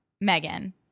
Megan